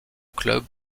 club